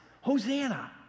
Hosanna